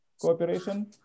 cooperation